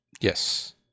Yes